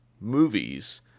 movies